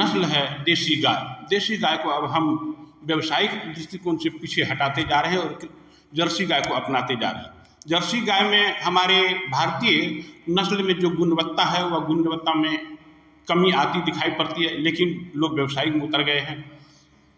नस्ल है देशी गाय देशी गाय को अब हम व्यावसायिक दृष्टिकोण से पीछे हटाते जा रहे हैं और जर्सी गाय को अपनाते जा रहे हैं जर्सी गाय में हमारे भारतीय नस्ल में जो गुणवत्ता है वह गुणवत्ता में कमियाँ आती दिखाई पड़ती है लेकिन लोग व्यवसाय में उतर गए हैं